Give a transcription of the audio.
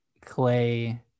clay